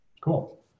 Cool